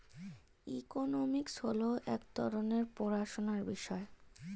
economics হল এক রকমের পড়াশোনার বিষয়